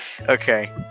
okay